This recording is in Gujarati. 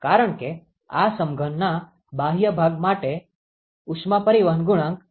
કારણ કે આ સમઘનના બાહ્ય ભાગ માટે ઉષ્મા પરિવહન ગુણાંક છે